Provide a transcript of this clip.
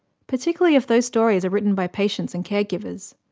particularly if those stories are written by patients and caregivers.